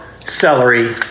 Celery